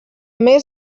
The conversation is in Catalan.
més